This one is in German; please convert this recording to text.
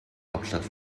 hauptstadt